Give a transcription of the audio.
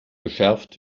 geschärft